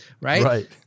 right